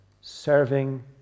serving